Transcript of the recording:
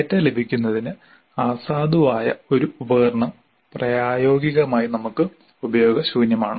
data ലഭിക്കുന്നതിന് അസാധുവായ ഒരു ഉപകരണം പ്രായോഗികമായി നമുക്ക് ഉപയോഗശൂന്യമാണ്